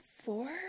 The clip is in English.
Four